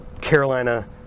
Carolina